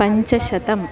पञ्चशतम्